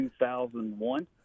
2001